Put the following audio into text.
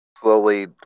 slowly